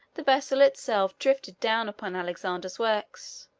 the vessel itself drifted down upon alexander's works,